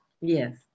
yes